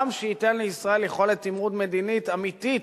גם שייתן לישראל יכולת תמרון מדינית אמיתית